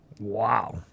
Wow